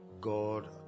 god